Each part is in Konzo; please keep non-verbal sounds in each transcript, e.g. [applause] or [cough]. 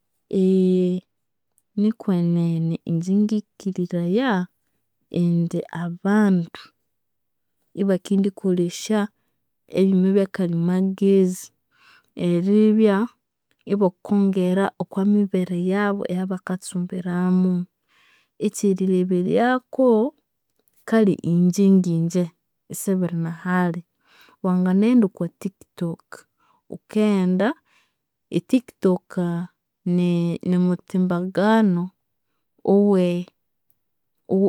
[hesitation] nikwenene inje ngikiriraya indi abandu ibakendikolesya ebyuma byakalimagezi eribya ibakongera okwamibere yabu eyabakatsumbiramu. Ekyerileberyaku, kale inje nginje isibirinahali, wanginaghenda okwa Tiktok. Ghukaghenda, etiktok ni- nimutimbaganu owe-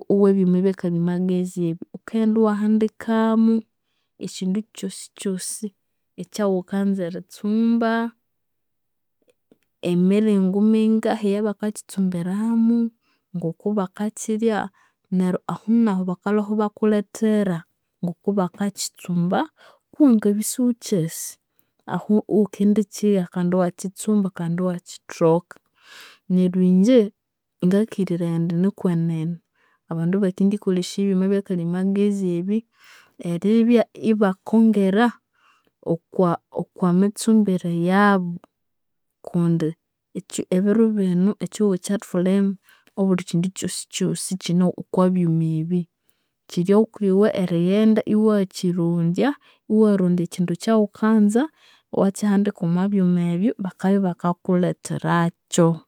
owebyuma ebyakalimagezi ebi. Ghukaghenda iwahandikamu ekyindu kyosikyosi ekyaghukanza eritsumba, emiringo mingahi eyabakakyitsumbiramu, ngokubakakyirya, neryo ahunahu bakalhwehu ebikulethera ngokubakakyitsumba. Kuwangabya isighukyasi, ahu ighukendikyigha kandi iwakyitsumba kandi iwakyithoka. Neryo inje ngakiriraya indi nikwenene abandu ibakendibya ibakakolesya ebyuma byakalimagezi ebi eribya ibakongera okwa okwamitsumbire yabu kundi eki- ebiro binu, ekyihugho ekyathulimu obulikyindu kyosikyosi kyine okwabyuma ebi. Kyiri okwiwe erighenda iwayakyirondya, iwayarondya ekyindu ekyaghukanza, iwakyihandika omwabyuma ebyo bakabya ibakakuletherakyu.